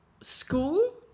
school